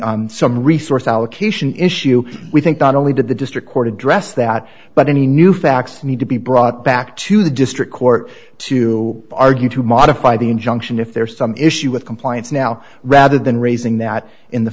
some resource allocation issue we think not only did the district court address that but any new facts need to be brought back to the district court to argue to modify the injunction if there's some issue with compliance now rather than raising that in